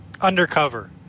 Undercover